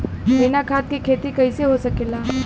बिना खाद के खेती कइसे हो सकेला?